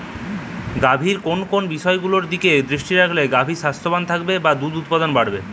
গাভীর কোন কোন বিষয়গুলোর দিকে দৃষ্টি রাখলে গাভী স্বাস্থ্যবান থাকবে বা দুধ উৎপাদন বাড়বে?